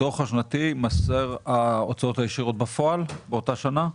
בדוח השנתי יימסרו ההוצאות הישירות בפועל באותה שנה?